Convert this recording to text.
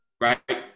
Right